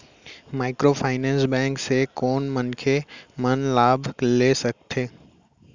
Microfinance bank से कोन मनखे मन लाभ ले सकथे?